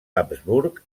habsburg